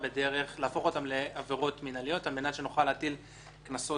25.12.2018. בפנינו הצעת תקנות עבירות מינהליות (קנס מינהלי